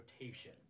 rotation